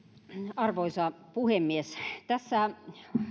arvoisa puhemies tässä